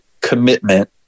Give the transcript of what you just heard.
commitment